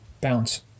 bounce